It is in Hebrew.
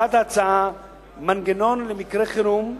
ההצעה קובעת מנגנון למקרה חירום,